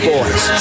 Boys